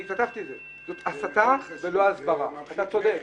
זה דבר חשוב, זה מרחיק לכת.